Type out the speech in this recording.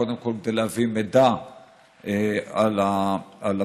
קודם כל כדי להביא מידע על אברה,